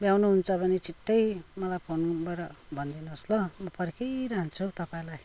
भ्याउनुहुन्छ भने छिट्टै मलाई फोनबाट भनिदिनु होस् ल म पर्खिरहन्छु तपाईँलाई